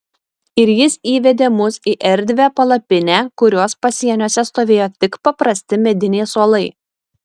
ir jis įvedė mus į erdvią palapinę kurios pasieniuose stovėjo tik paprasti mediniai suolai